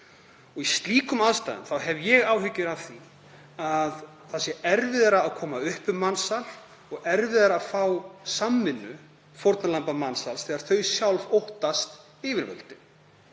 Í slíkum aðstæðum hef ég áhyggjur af því að það sé erfiðara að koma upp um mansal og erfiðara að fá samvinnu fórnarlamba mansals þegar þau sjálf óttast yfirvöld.